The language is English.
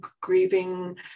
grieving